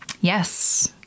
yes